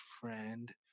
friend